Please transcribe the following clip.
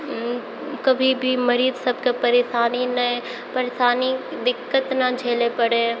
कभी भी मरीज सबके परेशानी नहि परेशानी दिक्कत नहि झेले पड़ै